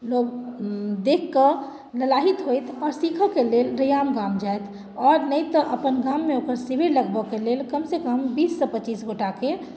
लोक देखि कऽ लालायित होयत आओर सीखय के लेल रैयाम गाम जायत आओर नहि तऽ अपन गाममे ओकर शिविर लगबय के लेल कमसँ कम बीससँ पच्चीस गोटएके